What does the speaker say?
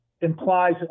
implies